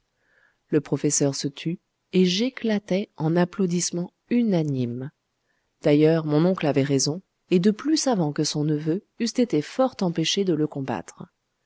le professeur se tut et j'éclatai en applaudissements unanimes d'ailleurs mon oncle avait raison et de plus savants que son neveu eussent été fort empêchés de le combattre